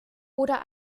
oder